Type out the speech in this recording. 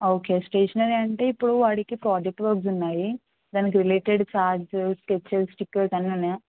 okay stationery అంటే ఇప్పుడు వాడికి ప్రాజెక్ట్ వర్క్స్ ఉన్నాయి దానికి రిలేటెడ్ చార్ట్స్ స్కెచెస్ స్టిక్కర్స్ అన్నీ ఉన్నాయా